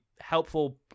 helpful